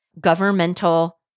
governmental